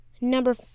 Number